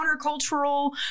countercultural